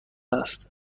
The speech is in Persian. است